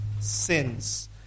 sins